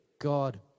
God